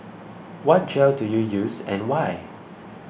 what gel do you use and why